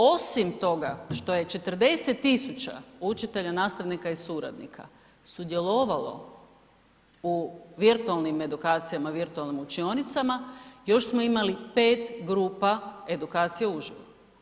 Osim toga što je 40 000 učitelja, nastavnika i suradnika sudjelovalo u virtualnim edukacijama, virtualnim učionicama, još smo imali 5 grupa edukacija uživo.